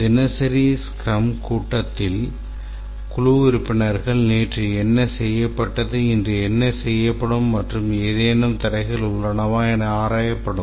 தினசரி ஸ்க்ரம் கூட்டத்தில் குழு உறுப்பினர்கள் நேற்று என்ன செய்யப்பட்டது இன்று என்ன செய்யப்படும் மற்றும் ஏதேனும் தடைகள் உள்ளன என ஆராயப்படும்